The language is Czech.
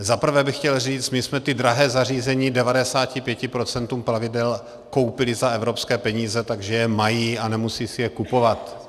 Zaprvé bych chtěl říct, my jsme ta drahá zařízení 95 procentům plavidel koupili za evropské peníze, takže je mají a nemusí si je kupovat.